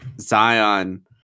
Zion